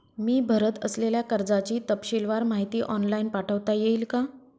मी भरत असलेल्या कर्जाची तपशीलवार माहिती ऑनलाइन पाठवता येईल का?